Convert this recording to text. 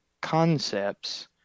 concepts